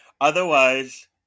otherwise